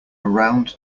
round